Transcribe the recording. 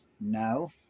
No